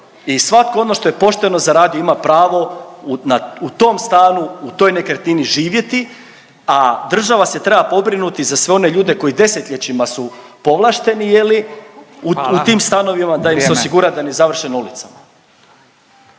i svatko ono što je pošteno zaradio ima pravo na u tom stanu, u toj nekretnini živjeti, a država se treba pobrinuti za sve one ljude koji desetljećima su povlašteni je li … …/Upadica Furio Radin: Hvala,